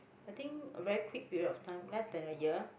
I think a very quick period of time less than a year